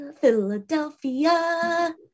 Philadelphia